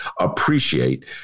appreciate